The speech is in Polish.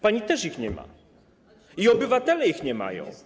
Pani też jej nie ma i obywatele jej nie mają.